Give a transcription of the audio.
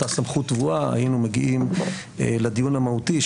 אותה סמכות טבועה היינו מגיעים לדיון המהותי,